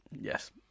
Yes